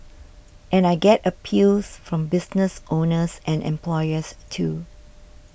and I get appeals from business owners and employers too